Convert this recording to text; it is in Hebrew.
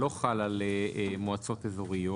לא חל על מועצות אזוריות,